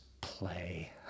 play